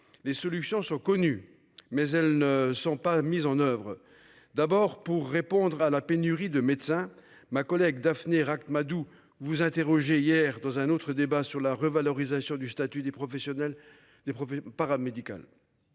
Les solutions sont connues, mais elles ne sont pas mises en oeuvre. D'abord pour répondre à la pénurie de médecins. Ma collègue daphné Ract-Madoux vous interrogé hier dans un autre débat sur la revalorisation du statut des professionnels des